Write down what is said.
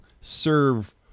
serve